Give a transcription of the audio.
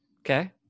Okay